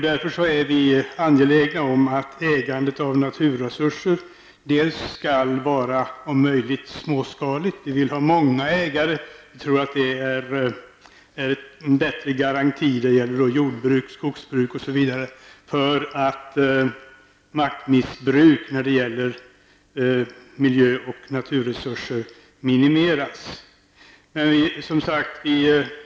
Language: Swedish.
Därför är vi angelägna om att ägandet av naturresurser om möjligt skall vara småskaligt. Vi vill ha många ägare. Vi tror att det är en bättre garanti när det gäller jordbruk, skogsbruk osv. för att maktmissbruk när det gäller miljö och naturresurser skall minimeras.